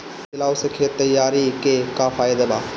Plough से खेत तैयारी के का फायदा बा?